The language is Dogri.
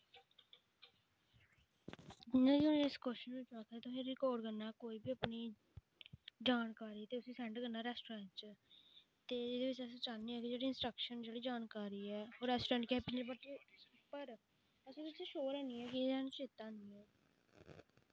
जि'यां कि असें इस क्वेश्चन बिच्च आखेआ तुसें रिकार्ड करना कोई बी अपनी जानकारी ते उस्सी सैंड करना रैस्टोरैंट च ते एह्दे बिच्च अस चाह्न्ने आं कि जेह्ड़ी इंस्ट्रक्शन जेह्ड़ी जानकारी ऐ ओह् रैस्टोरैंट पर